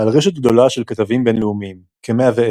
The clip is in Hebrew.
בעל רשת גדולה של כתבים בינלאומיים - כ-110